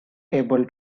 able